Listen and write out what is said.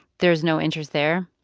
there's no interest there?